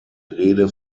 rede